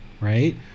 right